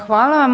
Hvala vam.